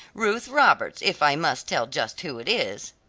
ruth roberts, if i must tell just who it is.